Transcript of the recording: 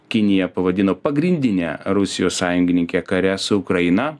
kiniją pavadino pagrindine rusijos sąjungininke kare su ukraina